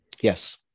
Yes